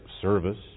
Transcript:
service